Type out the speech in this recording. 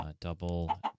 double